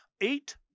eight